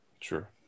Sure